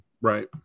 Right